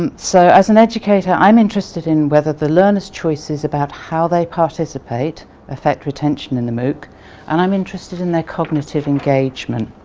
um so as an educator i'm interested in whether the learners' choice about how they participate affects retention in the mooc and i'm interested in their cognitive engagement.